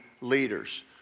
leaders